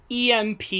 EMP